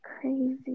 crazy